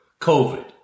COVID